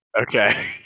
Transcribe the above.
Okay